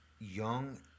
Young